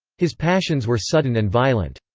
his passions were sudden and violent.